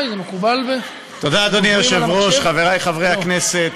תודה, אדוני היושב-ראש, חברי חברי הכנסת,